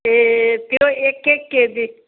ए त्यो एक एक केजी